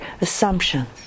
assumptions